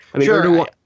Sure